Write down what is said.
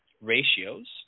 ratios